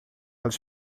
los